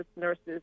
nurses